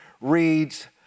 reads